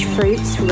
Fruits